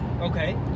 okay